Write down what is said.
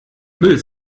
müll